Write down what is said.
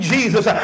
Jesus